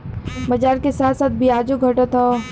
बाजार के साथ साथ बियाजो घटत हौ